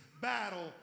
battle